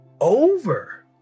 over